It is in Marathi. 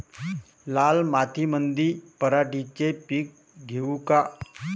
लाल मातीमंदी पराटीचे पीक घेऊ का?